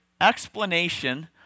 explanation